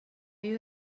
you